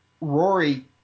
rory